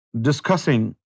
discussing